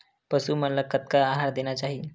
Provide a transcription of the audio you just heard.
पशु मन ला कतना आहार देना चाही?